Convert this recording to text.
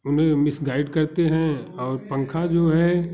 उन्हें मिसगाइड करते हैं और पंखा जो है